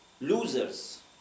losers